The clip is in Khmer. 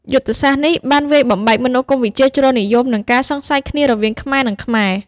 យុទ្ធសាស្ត្រនេះបានវាយបំបែកមនោគមវិជ្ជាជ្រុលនិយម និងការសង្ស័យគ្នារវាងខ្មែរ និងខ្មែរ។